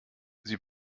sie